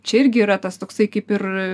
čia irgi yra tas toksai kaip ir